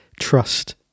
trust